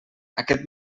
aquest